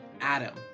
Adam